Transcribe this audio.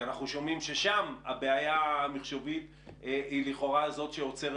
כשאנחנו שומעים ששם הבעיה המחשובית היא לכאורה זאת שעוצרת.